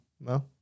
No